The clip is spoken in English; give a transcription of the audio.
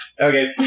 Okay